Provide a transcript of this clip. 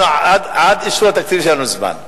עד אישור התקציב יש לנו זמן.